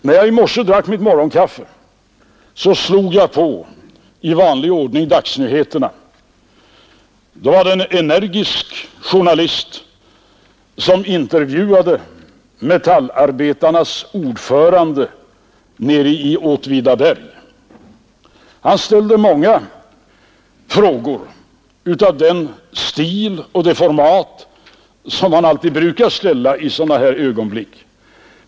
När jag i dag drack mitt morgonkaffe slog jag i vanlig ordning på radionyheterna. Då var det en energisk journalist som intervjuade metallarbetarnas ordförande nere i Åtvidaberg. Han ställde många frågor i den stil och av det format som man brukar använda i sådana här ögonblick.